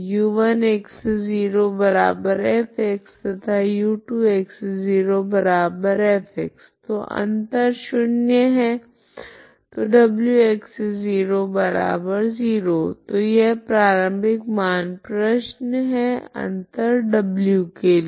u1x0f तथा u2x0f तो अंतर शून्य है तो wx00 तो यह प्रारम्भिक मान प्रश्न है अंतर w के लिए